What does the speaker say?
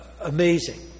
amazing